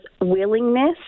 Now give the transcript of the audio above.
willingness